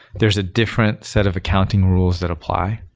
there is a different set of accounting rules that apply.